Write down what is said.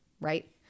Right